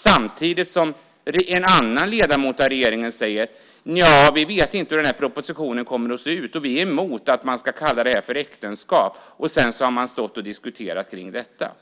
Samtidigt säger en annan ledamot av regeringen: Nja, vi vet inte hur den här propositionen kommer att se ut, och vi är emot att man ska kalla det här för äktenskap. Sedan har man diskuterat detta.